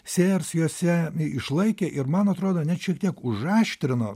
sėjers juose išlaikė ir man atrodo net šiek tiek užaštrino